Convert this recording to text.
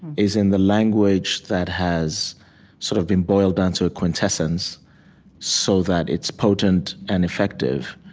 is in the language that has sort of been boiled down to quintessence so that it's potent and effective.